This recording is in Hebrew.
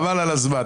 חבל על הזמן.